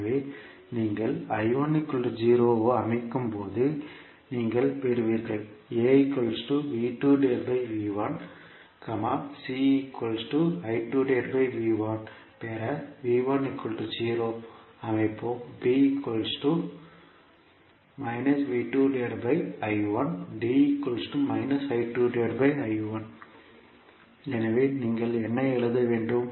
எனவே நீங்கள் ஐ அமைக்கும் போது நீங்கள் பெறுவீர்கள் பெற ஐ அமைப்போம் எனவே நீங்கள் என்ன எழுத முடியும்